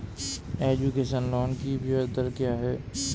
Education loan की ब्याज दर क्या है?